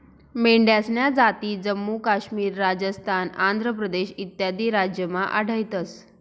मेंढ्यासन्या जाती जम्मू काश्मीर, राजस्थान, आंध्र प्रदेश इत्यादी राज्यमा आढयतंस